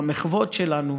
במחוות שלנו.